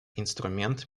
инструмент